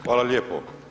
Hvala lijepo.